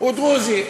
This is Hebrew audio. הוא דרוזי.